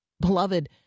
Beloved